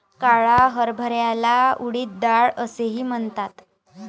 काळ्या हरभऱ्याला उडीद डाळ असेही म्हणतात